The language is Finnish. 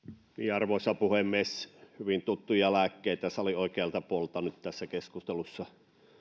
arvoisa puhemies hyvin tuttuja lääkkeitä salin oikealta puolelta nyt tässä keskustelussa